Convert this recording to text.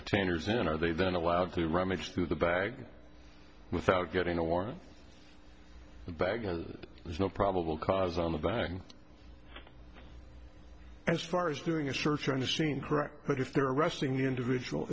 containers in are they then allowed to rummage through the bag without getting a warrant the bag and there's no probable cause on the bang as far as doing a search on the scene correct but if they're arresting the individual